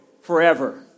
forever